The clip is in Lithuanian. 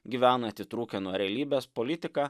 gyvena atitrūkę nuo realybės politiką